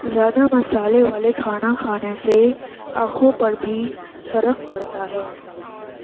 زیادہ مسالے والے کھانا کھانے سے آنکھوں پر بھی فرق پڑتا ہے